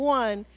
one